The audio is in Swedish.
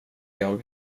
jag